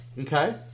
Okay